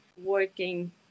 working